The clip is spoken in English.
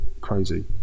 crazy